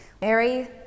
Mary